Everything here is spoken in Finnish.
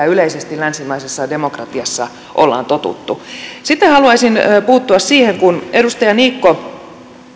yleisesti länsimaisessa demokratiassa on totuttu sitten haluaisin puuttua siihen kun edustaja niikko